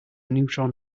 neutron